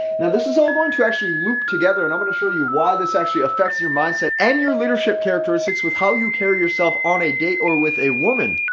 now, this is all going to actually loop together. and i'm going to show you why this actually affects your mindset and your leadership characteristics with how you carry yourself on a date or with a woman.